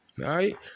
right